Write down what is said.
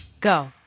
Go